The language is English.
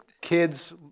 kids